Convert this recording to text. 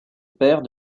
père